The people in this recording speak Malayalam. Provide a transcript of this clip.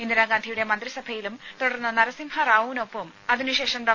ഇന്ദിരാഗാന്ധിയുടെ മന്ത്രിസഭയിലും തുടർന്ന് നരസിംഹ റാവുവിനൊപ്പവും അതിനുശേഷം ഡോ